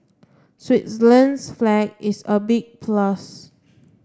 Switzerland's flag is a big plus